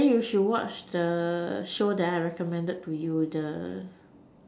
then you should watch the show that I recommended to you the